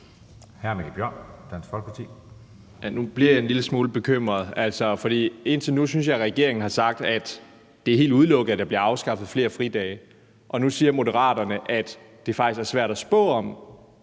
Nu bliver jeg en lille smule bekymret, for indtil nu synes jeg, regeringen har sagt, at det er helt udelukket, at der bliver afskaffet flere fridage, og nu siger Moderaterne, at det faktisk er svært at spå om,